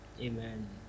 Amen